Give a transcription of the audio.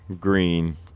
green